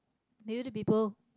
maybe the people